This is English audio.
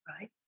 right